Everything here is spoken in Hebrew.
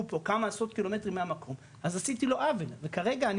פה - כמה עשרות ק"מ מהמקום אז עשיתי לו עוול וכרגע אני